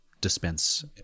dispense